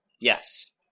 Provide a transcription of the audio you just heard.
Yes